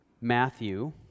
Matthew